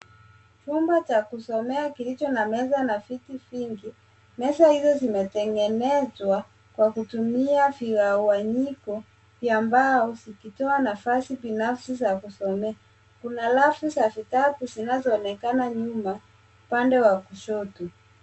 Chumba cha kusomea kilicho na meza na viti vingi. Meza hizo zimetengenezwa kwa kutumia vigawanyiko vya mbao zikitoa nafasi binafsi za kusomea. Kuna rafu za vitabu zinazoonekana nyuma, upande wa kushoto.